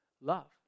Love